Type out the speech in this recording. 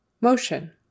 Motion